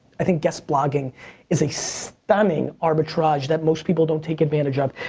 i think guest blogging is a stunning arbitrage that most people don't take advantage of.